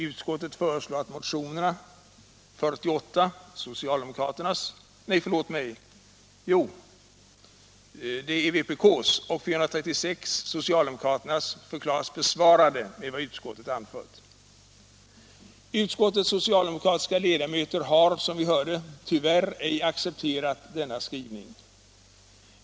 Utskottet föreslår att motionerna 48 — vpk — ”och 436” — socialdemokraterna — ”förklaras besvarade med vad utskottet anfört.” Utskottets socialdemokratiska ledamöter har som vi hörde tyvärr ej accepterat denna skrivning.